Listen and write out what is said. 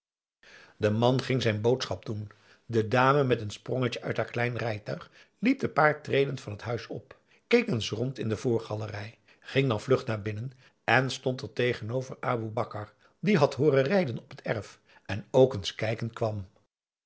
de man ging zijn boodschap doen de dame met een sprongetje uit haar klein rijtuig liep de paar treden van het huis op keek eens rond in de voorgalerij ging dan vlug naar binnen en stond er tegenover aboe bakar die had hooren rijden op het erf en ook eens kijken kwam